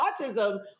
autism